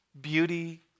beauty